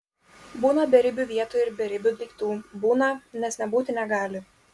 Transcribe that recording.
būna beribių vietų ir beribių daiktų būna nes nebūti negali